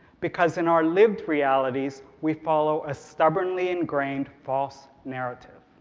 because in our lived realities, we follow a stubbornly ingrained false narrative.